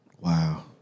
Wow